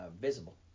visible